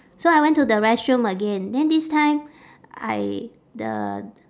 so I went to the restroom again then this time I the